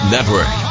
Network